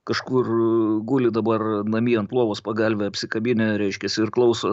kažkur guli dabar namie ant lovos pagalvę apsikabinę reiškiasi ir klauso